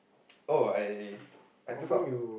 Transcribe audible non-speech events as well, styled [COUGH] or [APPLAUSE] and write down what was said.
[NOISE] oh I I took up